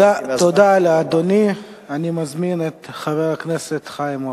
תודה לאדוני, אני מזמין את חבר הכנסת חיים אורון.